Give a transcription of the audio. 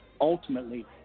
Ultimately